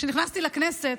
כשנכנסתי לכנסת,